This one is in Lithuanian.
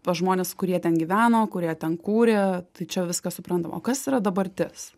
pas žmones kurie ten gyveno kurie ten kūrė tai čia viskas suprantama o kas yra dabartis